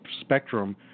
spectrum